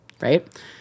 right